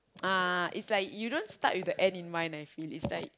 uh it's like you don't start with the end in mind I feel is like